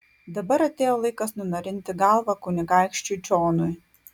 dabar atėjo laikas nunarinti galvą kunigaikščiui džonui